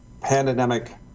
pandemic